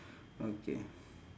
okay